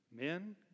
Men